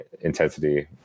intensity